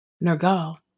Nergal